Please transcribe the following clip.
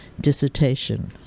dissertation